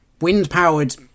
wind-powered